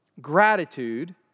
gratitude